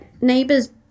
neighbors